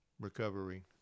recovery